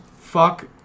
fuck